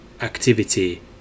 activity